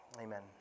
Amen